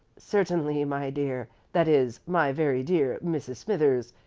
certainly, my dear that is, my very dear mrs. smithers,